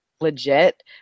legit